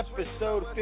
episode